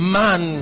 man